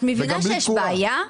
את מבינה שיש בעיה?